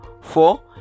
four